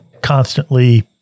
constantly